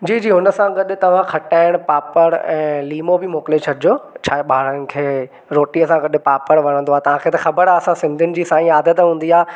जी जी उन सां गॾु तव्हां खटाइण पापड़ ऐं लिमो बि मोकिले छॾिजो छा आहे ॿारनि खे रोटीअ सां गॾु पापड़ वणंदो आहे तव्हां खे त ख़बर आहे असां सिंधियुनि जी इहा आदत हूंदी आहे